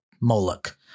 Moloch